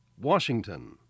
Washington